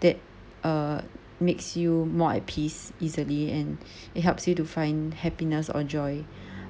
that uh makes you more at peace easily and it helps you to find happiness or joy